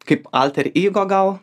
kaip alter ego gal